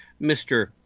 Mr